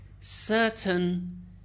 certain